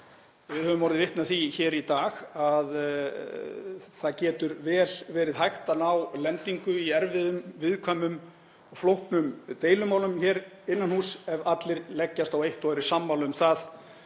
Við höfum orðið vitni að því hér í dag að það getur vel verið hægt að ná lendingu í erfiðum, viðkvæmum og flóknum deilumálum hér innan húss ef allir leggjast á eitt og eru sammála um að